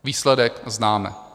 Výsledek známe.